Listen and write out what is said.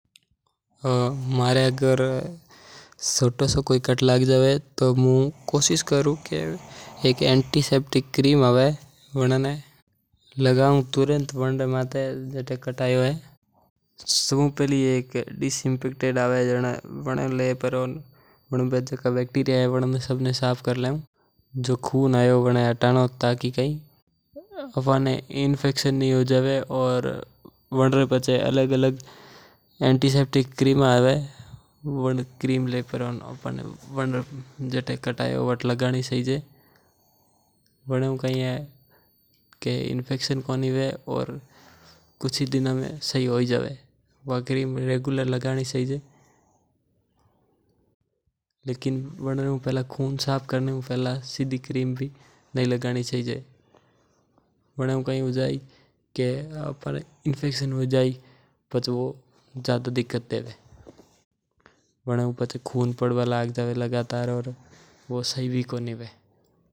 मारे अगर कोनी छोटो कट लाग जावे तो मार्केट में कई प्रकार री एंटीसेप्टिक क्रीम आवे जिकी लगाऊ। एक डिसइंफेक्टेंट आवे जिके हु कट धोवणो जितरो भी खून आयो वो साफ करणो बांरे रे बाद एंटीसेप्टिक क्रीम लगानी जिके हु थोडा दिन हु सही हु जावे। पर खून साफ करिया बिना भी सीधी एंटीसेप्टिक क्रीम नी लगानी।